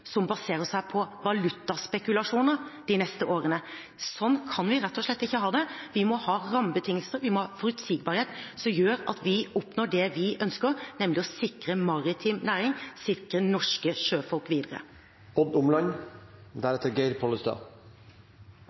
som baserer seg på valutaspekulasjoner, de neste årene. Sånn kan vi rett og slett ikke ha det. Vi må ha rammebetingelser, vi må ha forutsigbarhet, som gjør at vi oppnår det vi ønsker, nemlig å sikre maritim næring, sikre norske sjøfolk videre. Odd Omland